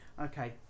Okay